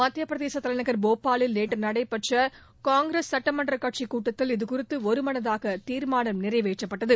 மத்திய பிரதேச தலைநகர் போபாலில் நேற்று நடைபெற்ற காங்கிரஸ் சட்டமன்றக் கட்சிக் கூட்டத்தில் இதுகுறித்து ஒருமனதாக தீர்மானம் நிறைவேற்றப்பட்டது